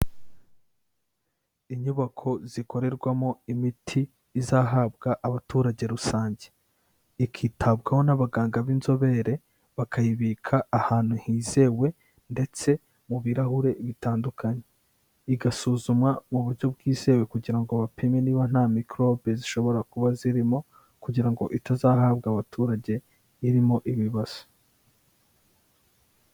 Inyubako zikorerwamo imiti izahabwa abaturage rusange. Ikitabwaho n'abaganga b'inzobere, bakayibika ahantu hizewe ndetse mu birahure bitandukanye. Igasuzumwa mu buryo bwizewe kugira ngo bapime niba nta mikorobe zishobora kuba zirimo kugira ngo itazahabwa abaturage irimo ibibazo.